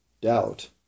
doubt